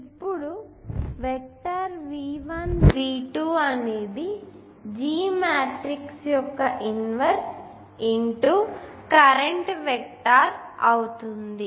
ఇప్పుడు vector V1 V2 అనేది G matrix యొక్క ఇన్వర్స్ కరెంట్ వెక్టార్ అవుతుంది